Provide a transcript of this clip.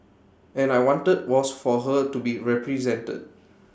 and I wanted was for her to be represented